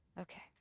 Okay